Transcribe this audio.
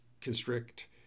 constrict